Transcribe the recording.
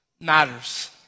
matters